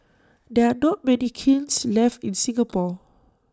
there are not many kilns left in Singapore